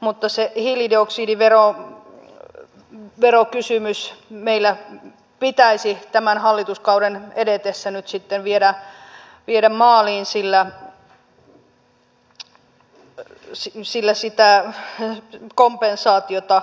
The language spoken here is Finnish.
mutta se hiilidioksidiverokysymys meillä pitäisi tämän hallituskauden edetessä nyt sitten viedä maaliin sillä kun sitä kompensaatiota